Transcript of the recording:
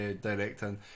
directing